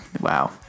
Wow